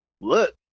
look